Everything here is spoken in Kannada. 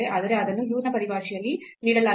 ಆದರೆ ಅದನ್ನು u ನ ಪರಿಭಾಷೆಯಲ್ಲಿ ನೀಡಲಾಗಿದೆ